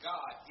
God